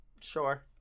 Sure